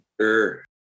Sure